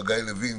חגי לוין,